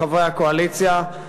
חברי הקואליציה,